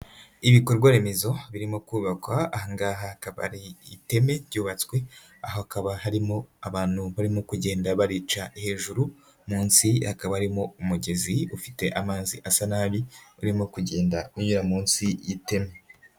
Ibikorwa remezo birimo kubakwa ahangaha hakaba hari iteme ryubatswe, hakaba harimo abantu barimo kugenda barica hejuru, munsi hakaba harimo umugezi ufite amazi asa nabi, urimo kugenda unyura munsi y'iteme.